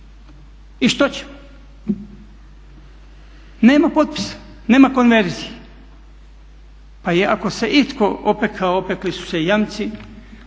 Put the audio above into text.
I što ćemo? Nema potpisa, nema konverzije. Pa ako se itko opekao, opekli su se jamci,